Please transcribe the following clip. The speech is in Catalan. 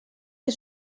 que